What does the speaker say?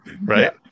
Right